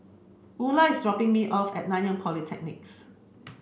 Ula is dropping me off at Nanyang Polytechnic